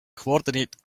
coordinate